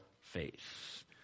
faith